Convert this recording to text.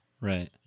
Right